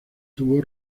tuvo